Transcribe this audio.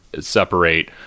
separate